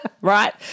right